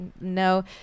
no